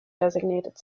designated